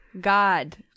God